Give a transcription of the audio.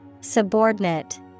Subordinate